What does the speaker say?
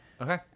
Okay